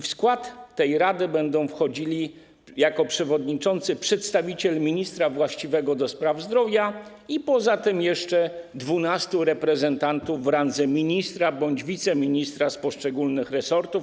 W skład tej rady będą wchodzili: jako przewodniczący - przedstawiciel ministra właściwego do spraw zdrowia, a poza tym jeszcze 12 reprezentantów w randze ministra bądź wiceministra z poszczególnych resortów.